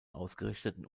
ausgerichteten